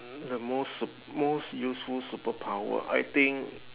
the most most useful superpower I think